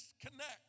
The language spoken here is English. disconnect